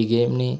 ఈ గేమ్ని